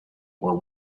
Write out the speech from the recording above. were